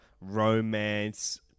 romance